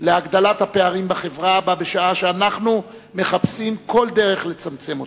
להגדלת הפערים בחברה בשעה שאנחנו מחפשים כל דרך לצמצם אותם.